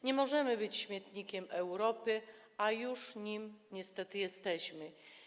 Nie możemy być śmietnikiem Europy, a już nim niestety jesteśmy.